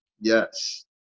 Yes